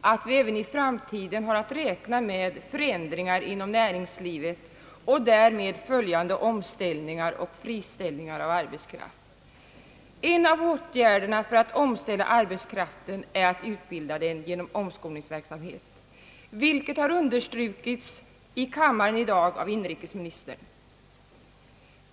att vi även i framtiden har ati räkna med förändringar inom näringslivet och därmed följande omställningar och friställning av arbetskraft. En av åtgärderna för att omställa arbetskraften är att utbilda den genom omskolningsverksamhet, vilket i dag har understrukits av inrikesministern här i kammaren.